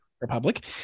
Republic